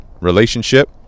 relationship